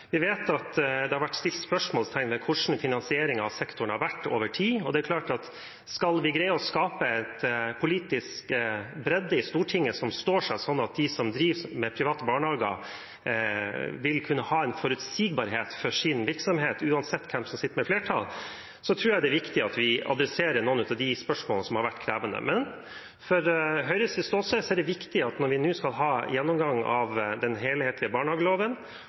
Vi vet at det har vært stilt spørsmål ved hvordan finansieringen av sektoren har vært over tid, og det er klart at skal vi greie å skape en politisk bredde i Stortinget som står seg, sånn at de som driver private barnehager, vil kunne ha en forutsigbarhet for sin virksomhet, uansett hvem som sitter med flertallet, tror jeg det er viktig at vi adresserer noen av de spørsmålene som har vært krevende. Fra Høyres ståsted er det viktig at når vi nå skal ha en helhetlig gjennomgang av